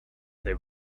they